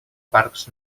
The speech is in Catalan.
parcs